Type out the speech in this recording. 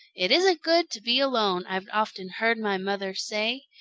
it isn't good to be alone, i've often heard my mother say.